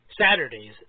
Saturdays